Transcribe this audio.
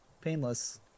Painless